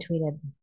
tweeted